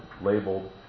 labeled